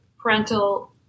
parental